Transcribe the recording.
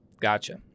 gotcha